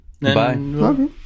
Bye